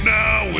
now